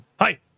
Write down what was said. Hi